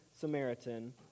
Samaritan